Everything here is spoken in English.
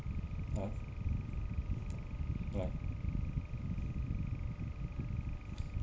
ya ya